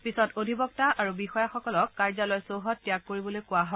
পিছত অধিবক্তা আৰু বিয়াসকলক কাৰ্যালয় চৌহদ ত্যাগ কৰিবলৈ কোৱা হয়